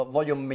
Voglio